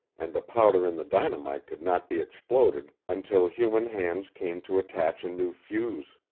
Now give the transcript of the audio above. and the powder and the dynamite could not be exploded until human hands came to attach a new fuse.